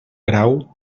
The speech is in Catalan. grau